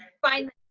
find